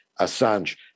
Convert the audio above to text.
Assange